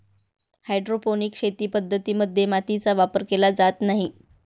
hydroponic शेती पद्धतीं मध्ये मातीचा वापर केला जात नाही